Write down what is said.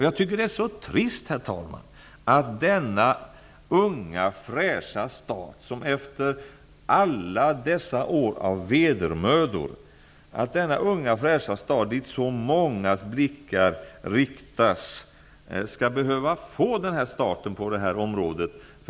Jag tycker att det är så trist, herr talman, att denna unga fräscha stat, dit efter alla dessa år av vedermödor så många blickar riktas, skall behöva få en sådan här start.